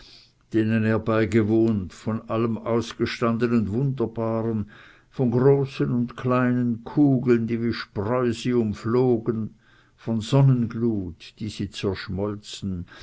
denen er beigewohnt von allem ausgestandenen wunderbaren von großen und kleinen kugeln die wie spreu sie umflogen von sonnenglut in der sie zerschmolzen